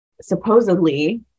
supposedly